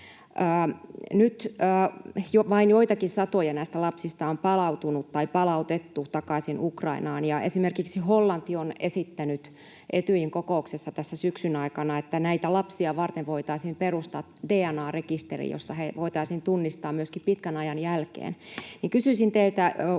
Nyt vain joitakin satoja näistä lapsista on palautunut tai palautettu takaisin Ukrainaan, ja esimerkiksi Hollanti on esittänyt Etyjin kokouksessa tässä syksyn aikana, että näitä lapsia varten voitaisiin perustaa DNA-rekisteri, jossa heidät voitaisiin tunnistaa myöskin pitkän ajan jälkeen. [Puhemies